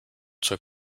zur